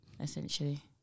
Essentially